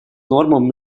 нормам